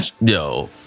Yo